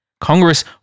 Congress